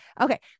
okay